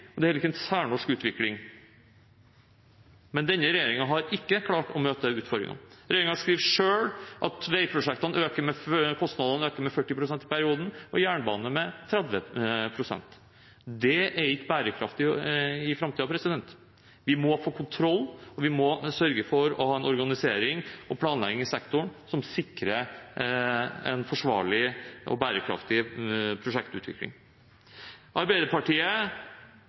og det er heller ikke en særnorsk utvikling, men denne regjeringen har ikke klart å møte den utfordringen. Regjeringen skriver selv at kostnadene for veiprosjektene øker med 40 pst. i perioden og med 30 pst. for jernbane. Det er ikke bærekraftig i framtiden. Vi må få kontroll, og vi må sørge for å ha en organisering og planlegging i sektoren som sikrer en forsvarlig og bærekraftig prosjektutvikling. Arbeiderpartiet